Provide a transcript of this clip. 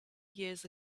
years